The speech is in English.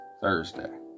Thursday